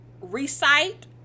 recite